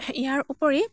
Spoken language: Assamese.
ইয়াৰ ওপৰি